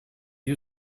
you